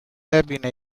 نبینه